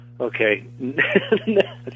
Okay